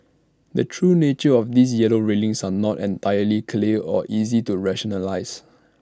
the true nature of these yellow railings are not entirely clear or easy to rationalise